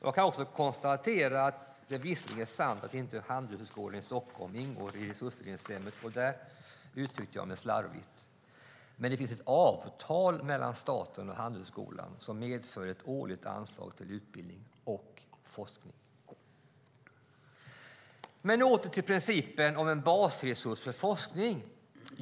Jag kan också konstatera att det visserligen är sant att Handelshögskolan i Stockholm inte ingår i resursfördelningssystemet, där uttryckte jag mig slarvigt, men det finns ett avtal mellan staten och Handelshögskolan som medför ett årligt anslag till utbildning och forskning. Men åter till principen om en basresurs för forskning.